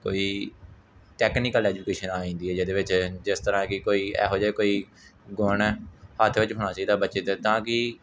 ਕੋਈ technical education ਆ ਜਾਂਦੀ ਹੈ ਜਿਹਦੇ ਵਿੱਚ ਜਿਸ ਤਰ੍ਹਾਂ ਕਿ ਕੋਈ ਇਹੋ ਜਿਹੇ ਕੋਈ ਗੁਣ ਹੱਥ ਵਿੱਚ ਹੋਣਾ ਚਾਹੀਦਾ ਬੱਚੇ ਦੇ ਤਾਂ ਕਿ